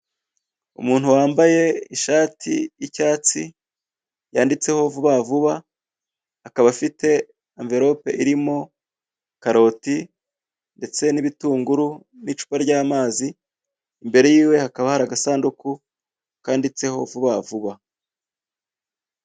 Umuntu wambaye ishati y'icyatsi yanditseho vuba vuba, akaba afite amverope irimo karoti ndetse n'ibitunguru n'icupa ry'amazi, imbere yiwe hakaba hari agasanduku kanditseho vuba vuba.